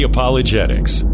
Apologetics